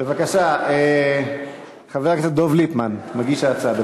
בבקשה, חבר הכנסת דב ליפמן, מגיש ההצעה.